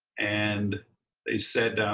and they said,